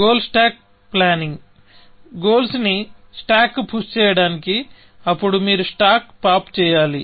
goal stack planning goals ని stack కు push చేయడానికి అప్పుడు మీరు స్టాక్ పాప్ చేయాలి